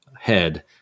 head